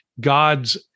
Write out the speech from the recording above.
God's